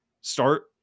start